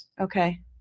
Okay